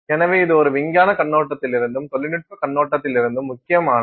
எனவே இது ஒரு விஞ்ஞான கண்ணோட்டத்திலிருந்தும் தொழில்நுட்ப கண்ணோட்டத்திலிருந்தும் முக்கியமானது